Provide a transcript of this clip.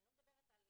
אני לא מדברת על